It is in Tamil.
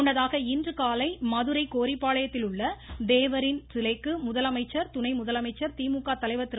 முன்னதாக இன்றுகாலை மதுரை கோரிபாளையத்தில் உள்ள தேவரின் சிலைக்கு முதலமைச்சர் துணை முதலமைச்சர் திமுக தலைவர் திரு